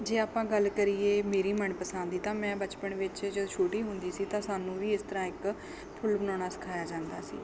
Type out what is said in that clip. ਜੇ ਆਪਾਂ ਗੱਲ ਕਰੀਏ ਮੇਰੀ ਮਨਪਸੰਦ ਦੀ ਤਾਂ ਮੈਂ ਬਚਪਨ ਵਿੱਚ ਜਦ ਛੋਟੀ ਹੁੰਦੀ ਸੀ ਤਾਂ ਸਾਨੂੰ ਵੀ ਇਸ ਤਰ੍ਹਾਂ ਇੱਕ ਫੁੱਲ ਬਣਾਉਣਾ ਸਿਖਾਇਆ ਜਾਂਦਾ ਸੀ